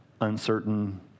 uncertain